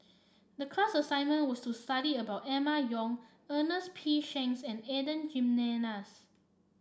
the class assignment was to study about Emma Yong Ernest P Shanks and Adan Jimenez